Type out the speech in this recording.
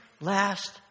last